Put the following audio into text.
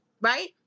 right